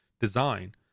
design